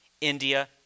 India